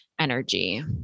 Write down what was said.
Energy